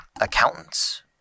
accountants